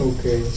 Okay